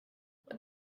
what